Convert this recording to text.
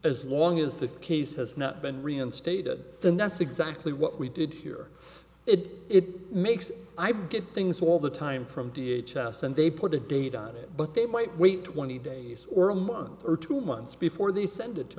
as long as the case has not been reinstated and that's exactly what we did here it makes i get things all the time from v h s and they put a date on it but they might wait twenty days or a month or two months before they send it to